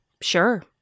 sure